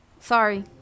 Sorry